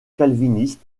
calviniste